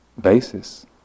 basis